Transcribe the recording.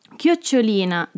chiocciolina